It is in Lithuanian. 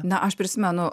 na aš prisimenu